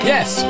Yes